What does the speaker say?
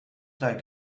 like